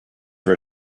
for